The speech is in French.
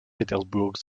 pétersbourg